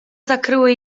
zakryły